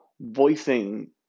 voicing